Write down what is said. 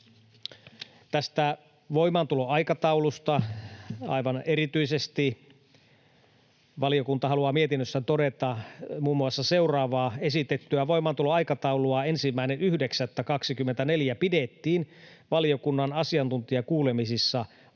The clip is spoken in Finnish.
Tästä voimaantuloaikataulusta aivan erityisesti valiokunta haluaa mietinnössään todeta muun muassa seuraavaa: ”Esitettyä voimaantuloaikataulua 1.9.24 pidettiin valiokunnan asiantuntijakuulemisissa ongelmallisena